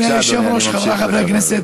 משחקת טניס, הטוב משלושה ולא הטוב מחמישה?